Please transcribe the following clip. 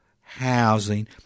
housing